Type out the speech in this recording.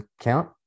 account